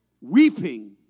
Weeping